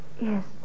Yes